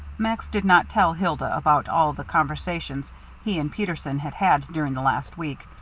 max did not tell hilda about all the conversations he and peterson had had during the last week,